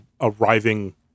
arriving